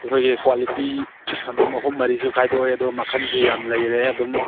ꯑꯩꯈꯣꯏꯒꯤ ꯀ꯭ꯋꯥꯂꯤꯇꯤ ꯑꯗꯨꯝ ꯑꯍꯨꯝ ꯃꯔꯤꯁꯨ ꯈꯥꯏꯗꯣꯛꯑꯦ ꯑꯗꯨꯒ ꯃꯈꯜꯁꯨ ꯌꯥꯝ ꯂꯩꯔꯦ ꯑꯗꯨꯝ